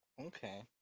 Okay